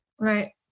Right